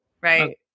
right